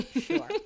sure